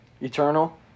Eternal